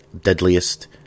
deadliest